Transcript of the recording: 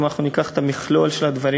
אם אנחנו ניקח את המכלול של הדברים,